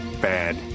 Bad